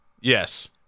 yes